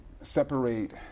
separate